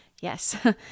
Yes